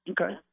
Okay